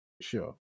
Sure